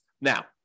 Now